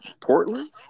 Portland